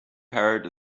parrot